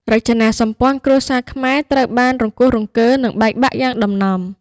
រចនាសម្ព័ន្ធគ្រួសារខ្មែរត្រូវបានរង្គោះរង្គើ និងបែកបាក់យ៉ាងដំណំ។